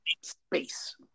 space